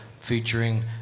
featuring